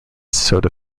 soda